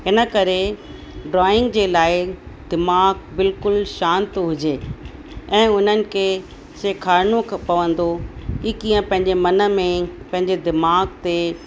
हिन करे ड्रॉइंग जे लाइ दिमाग़ बिल्कुलु शांति हुजे ऐं उन्हनि खे सेखारिणो खप पवंदो कि कीअं पंहिंजे मन में पंहिंजे दिमाग़ ते